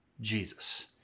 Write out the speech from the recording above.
Jesus